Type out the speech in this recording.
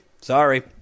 Sorry